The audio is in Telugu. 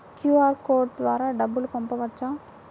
క్యూ.అర్ కోడ్ ద్వారా డబ్బులు పంపవచ్చా?